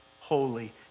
holy